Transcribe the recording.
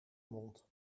mond